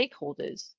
stakeholders